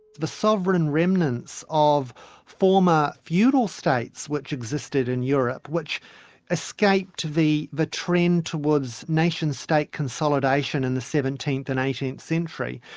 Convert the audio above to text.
the sovereign and remnants of former feudal states which existed in europe, which escaped the the trend towards nation-state consolidation in the seventeenth and eighteenth century.